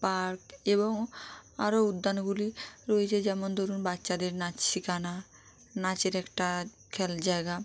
park এবং আরও উদ্যানগুলি রয়েছে যেমন ধরুন বাচ্চাদের নাচ শেখানো নাচের একটা খোলা জায়গা